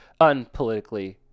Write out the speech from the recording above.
unpolitically